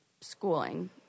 schooling